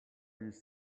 used